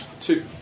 two